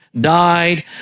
died